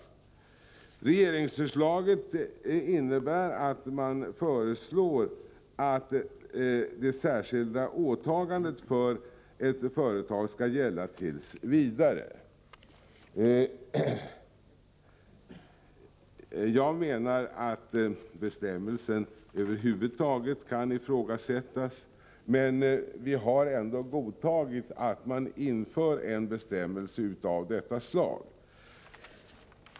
Regeringsförslaget innebär att man förordar att det särskilda åtagandet för ett företag skall gälla t. v. Jag menar att bestämmelsen över huvud taget kan ifrågasättas, men vi har ändå godtagit att man inför en bestämmelse av detta slag.